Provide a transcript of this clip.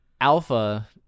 Alpha